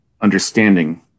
understanding